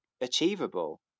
achievable